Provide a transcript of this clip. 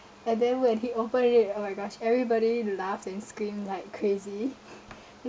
and then when he opened it oh my gosh everybody laughed and scream like crazy